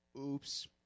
oops